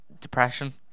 depression